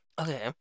okay